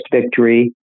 victory